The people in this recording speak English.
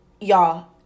y'all